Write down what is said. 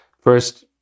first